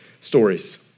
stories